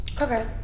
Okay